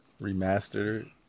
remastered